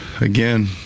again